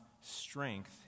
strength